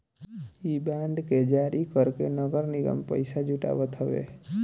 इ बांड के जारी करके नगर निगम पईसा जुटावत हवे